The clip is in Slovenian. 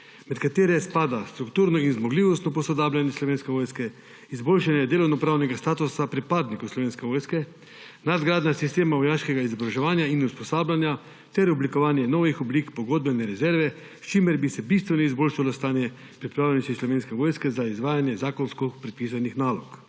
med katere spada strukturno in zmogljivostno posodabljanje Slovenske vojske, izboljšanje delovnopravnega statusa pripadnikov Slovenske vojske, nadgradnja sistema vojaškega izobraževanja in usposabljanja ter oblikovanje novih oblik pogodbene rezerve, s čimer bi se bistveno izboljšalo stanje pripravljenosti Slovenske vojske za izvajanje zakonsko predpisanih nalog.